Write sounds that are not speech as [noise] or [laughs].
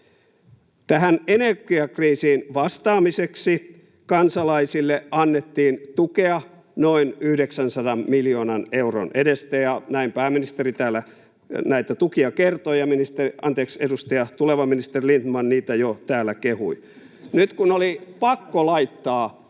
Tähän energiakriisiin vastaamiseksi kansalaisille annettiin tukea noin 900 miljoonan euron edestä, ja näin pääministeri täällä näitä tukia kertoi ja ministeri, anteeksi, edustaja — tuleva ministeri — Lindtman niitä jo täällä kehui. [laughs] Nyt, kun oli pakko laittaa